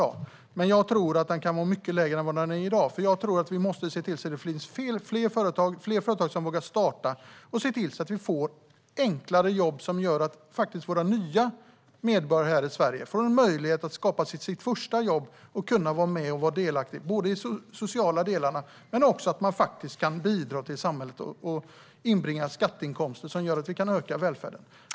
Jag tror dock att skatten kan vara mycket lägre än i dag, för jag tror att vi måste se till att det finns fler företag som vågar starta så att vi får fler enklare jobb som gör att våra nya medborgare här i Sverige får en möjlighet att skapa sig sitt första jobb och kunna vara delaktiga, både i de sociala delarna och genom att faktiskt bidra till samhället och inbringa skatteinkomster som gör att vi kan öka välfärden.